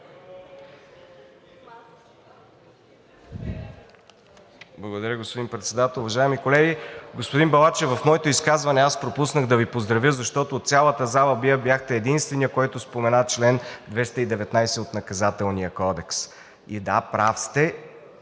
Благодаря, господин Председател. Уважаеми колеги! Господин Балачев, в моето изказване пропуснах да Ви поздравя, защото от цялата зала Вие бяхте единственият, който спомена чл. 219 от Наказателния кодекс. Да, прав сте,